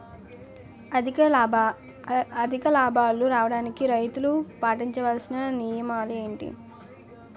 అధిక లాభాలు రావడానికి రైతులు పాటించవలిసిన నియమాలు ఏంటి